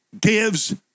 gives